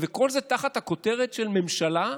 וכל זה תחת הכותרת של ממשלה,